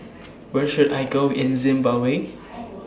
Where should I Go in Zimbabwe